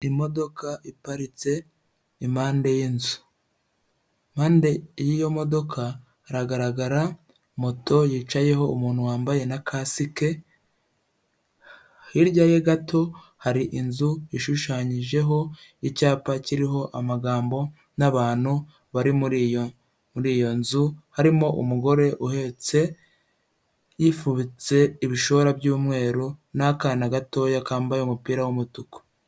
Imodoka iparitse impande y'inzu. Impande y'iyo modoka haragaragara moto yicayeho umuntu wambaye na kasike, hirya ye gato hari inzu ishushanyijeho icyapa kiriho amagambo n'abantu bari muri iyo nzu, harimo umugore uhetse, yifubitse ibishora by'umweru n'akana gatoya kambaye umupira w'umutuku.